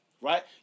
right